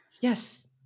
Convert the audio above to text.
Yes